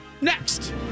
next